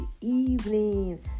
evening